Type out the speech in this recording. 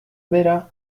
bera